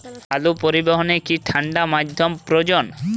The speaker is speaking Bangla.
আলু পরিবহনে কি ঠাণ্ডা মাধ্যম প্রয়োজন?